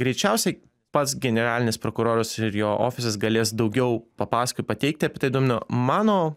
greičiausiai pats generalinis prokuroras ir jo ofisas galės daugiau papasakot pateikti apie tai duomenų mano